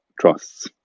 trusts